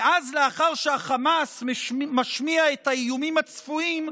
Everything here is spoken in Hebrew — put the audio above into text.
ולאחר שהחמאס משמיע את האיומים הצפויים,